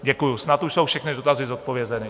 Děkuji, snad už jsou všechny dotazy zodpovězeny.